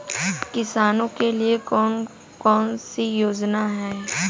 किसानों के लिए कौन कौन सी योजनाएं हैं?